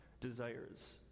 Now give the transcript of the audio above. desires